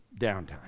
downtime